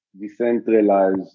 decentralized